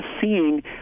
seeing